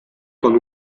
con